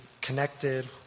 connected